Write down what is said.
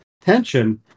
tension